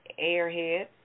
airhead